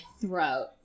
throat